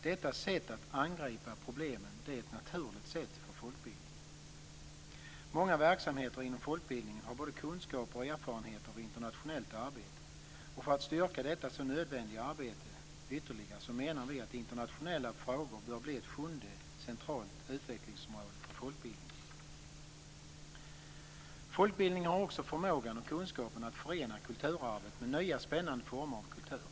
Detta sätt att angripa problem är naturligt för folkbildningen. Inom många folkbildningsverksamheter finns både kunskaper om och erfarenhet av internationellt arbete. För att stärka detta så nödvändiga arbete ytterligare menar vi att internationella frågor bör bli ett sjunde centralt utvecklingsområde för folkbildningen. Folkbildningen har också förmågan och kunskapen att förena kulturarvet med nya, spännande former av kultur.